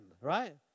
right